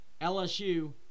LSU